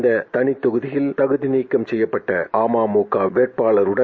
இந்த தவித்தொகுதியில் தகுதி நீக்கம் செய்யப்பட்ட அமமுக வோட்பாளருடன்